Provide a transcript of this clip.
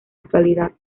actualidad